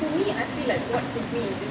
like